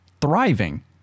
thriving